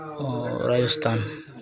ଆଉ ରାଜସ୍ଥାନ